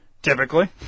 typically